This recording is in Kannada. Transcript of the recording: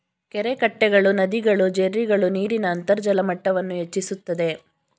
ಕೆರೆಕಟ್ಟೆಗಳು, ನದಿಗಳು, ಜೆರ್ರಿಗಳು ನೀರಿನ ಅಂತರ್ಜಲ ಮಟ್ಟವನ್ನು ಹೆಚ್ಚಿಸುತ್ತದೆ